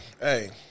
Hey